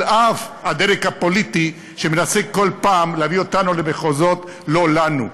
על-אף הדרג הפוליטי שמנסה כל פעם להביא אותנו למחוזות לא לנו.